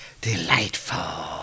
delightful